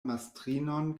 mastrinon